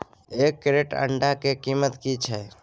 एक क्रेट अंडा के कीमत की छै?